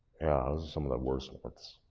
some of the worse ones,